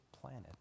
planet